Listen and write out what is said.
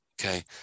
Okay